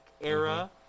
era